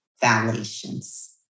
violations